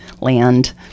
land